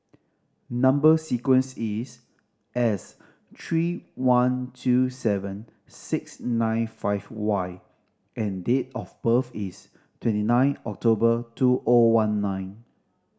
number sequence is S three one two seven six nine five Y and date of birth is twenty nine October two O one nine